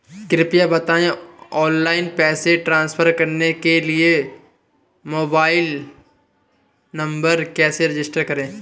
कृपया बताएं ऑनलाइन पैसे ट्रांसफर करने के लिए मोबाइल नंबर कैसे रजिस्टर करें?